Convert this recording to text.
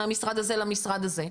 מהמשרד הזה למשרד הזה.